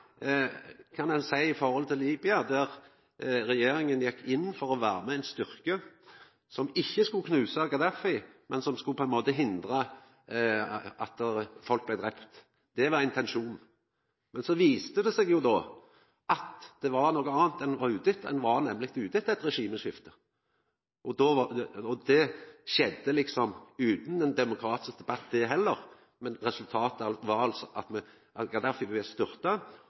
kan ein seia når det gjeld Libya, der regjeringa gjekk inn for å vera med i ein styrke som ikkje skulle knusa Gaddafi, men som skulle hindra at folk blei drepne. Det var intensjonen, men så viste det seg jo at det var noko anna ein var ute etter – ein var nemleg ute etter et regimeskifte. Det skjedde utan ein demokratisk debatt det også. Resultatet var altså at Gaddafi blei styrta, og ein har nå eit område der det er